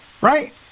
Right